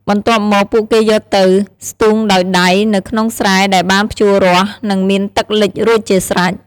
បន្ទាប់មក ពួកគេយកទៅ ស្ទូងដោយដៃ នៅក្នុងស្រែដែលបានភ្ជួររាស់ និងមានទឹកលិចរួចជាស្រេច។